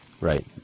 Right